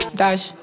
dash